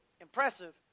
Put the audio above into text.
impressive